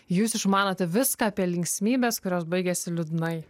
jūs išmanote viską apie linksmybes kurios baigiasi liūdnai